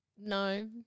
no